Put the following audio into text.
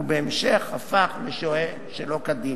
ובהמשך הפך לשוהה שלא כדין.